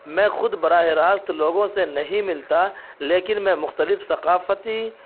میں خود براہ راست لوگوں سے نہیں ملتا لیکن میں مختلف ثقافتی